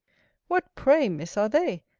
what, pray, miss, are they?